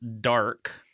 Dark